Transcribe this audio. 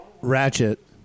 Ratchet